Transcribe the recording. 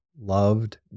loved